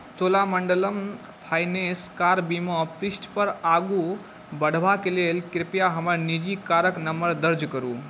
Cholamandalam finance car बीमा पृष्ठ पर आगू बढ़बाक लेल कृपया हमर निजी कारक नंबर दर्ज करू